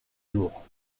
jours